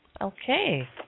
Okay